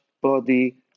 body